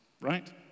right